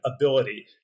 ability